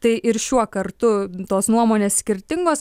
tai ir šiuo kartu tos nuomonės skirtingos